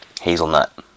Hazelnut